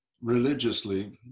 religiously